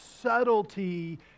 subtlety